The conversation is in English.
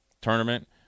tournament